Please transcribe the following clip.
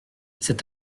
cet